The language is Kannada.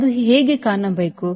ಅದು ಹೇಗೆ ಕಾಣಬೇಕು